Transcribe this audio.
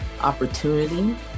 opportunity